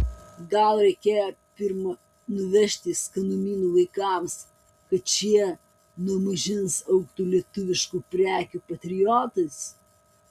gal reikėjo pirm nuvežti skanumynų vaikams kad šie nuo mažens augtų lietuviškų prekių patriotais